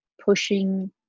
pushing